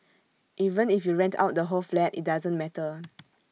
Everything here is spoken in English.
even if you rent out the whole flat IT doesn't matter